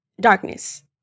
darkness